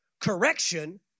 correction